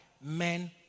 Men